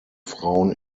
frauen